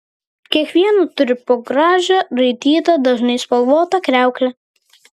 kiekviena turi po gražią raitytą dažnai spalvotą kriauklę